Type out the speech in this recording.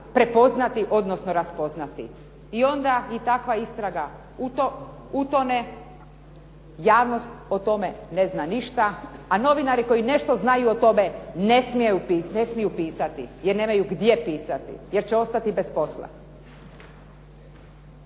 prepoznati odnosno raspoznati. I onda i takva istraga u to utone, javnost o tome ne zna ništa a novinari koji nešto znaju o tome ne smiju pisati jer nemaju gdje pisati, jer će ostati bez posla.